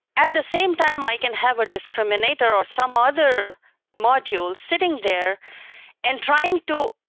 at the same time, i can have a discriminator or some other modules sitting there and trying to,